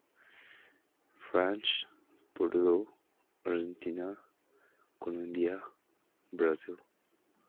France Portugal Argentina Columbia Brazil